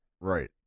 right